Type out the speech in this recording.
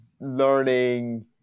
learning